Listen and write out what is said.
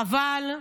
חבל,